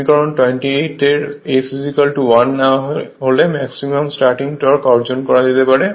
সমীকরণ 28 এর এখানে S 1 নেওয়া হলে ম্যাক্সিমাম স্টার্টিং টর্ক অর্জন করা যেতে পারে